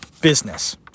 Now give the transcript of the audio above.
business